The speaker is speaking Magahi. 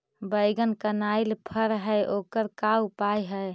बैगन कनाइल फर है ओकर का उपाय है?